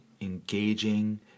engaging